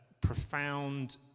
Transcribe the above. profound